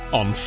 on